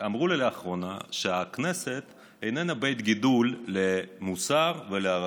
אמרו לי לאחרונה שהכנסת איננה בית גידול למוסר ולערכים,